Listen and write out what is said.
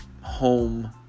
home